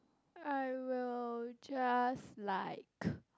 I will just liked